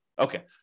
Okay